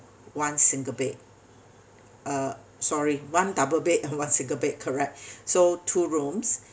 one single bed uh sorry one double bed and one single bed correct so two rooms